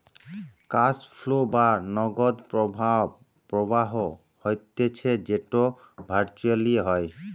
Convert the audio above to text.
cash flow বা নগদ প্রবাহ হতিছে যেটো ভার্চুয়ালি হয়